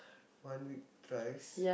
one week thrice